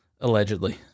Allegedly